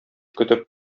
көтеп